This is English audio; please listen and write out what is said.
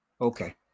Okay